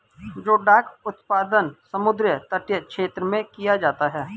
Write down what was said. जोडाक उत्पादन समुद्र तटीय क्षेत्र में किया जाता है